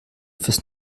fürs